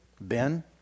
Ben